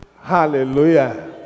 Hallelujah